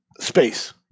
space